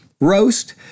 roast